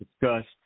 discussed